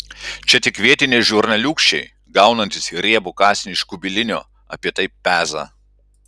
čia tik vietiniai žurnaliūkščiai gaunantys riebų kasnį iš kubilinio apie tai peza